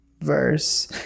Verse